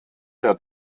der